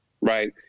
right